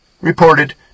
reported